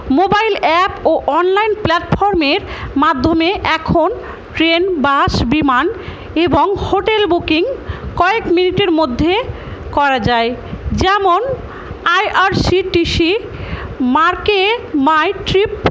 mobile app ও online প্ল্যাটফর্মের মাধ্যমে এখন ট্রেন বাস বিমান এবং হোটেল বুকিং কয়েক মিনিটের মধ্যে করা যায় যেমন আইআরসিটিসি মার্কে মাই ট্রিপ